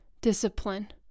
discipline